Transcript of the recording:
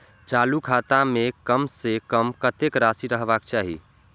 चालु खाता में कम से कम कतेक राशि रहबाक चाही?